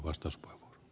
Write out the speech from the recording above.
arvoisa puhemies